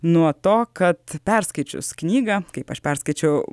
nuo to kad perskaičius knygą kaip aš perskaičiau